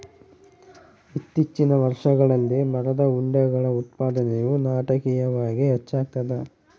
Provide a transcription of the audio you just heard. ಇತ್ತೀಚಿನ ವರ್ಷಗಳಲ್ಲಿ ಮರದ ಉಂಡೆಗಳ ಉತ್ಪಾದನೆಯು ನಾಟಕೀಯವಾಗಿ ಹೆಚ್ಚಾಗ್ತದ